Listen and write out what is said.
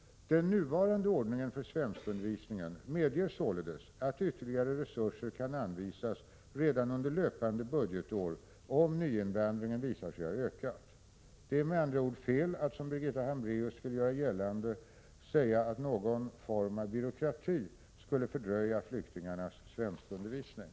Den nuvarande ordningen för svenskundervisningen medger således att ytterligare resurser kan anvisas redan under löpande budgetår om nyinvandringen visar sig ha ökat. Det är med andra ord fel att, som Birgitta Hambraeus vill göra gällande, någon form av ”byråkrati” skulle fördröja flyktingarnas svenskundervisning.